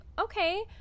okay